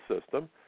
system